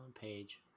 page